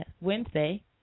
Wednesday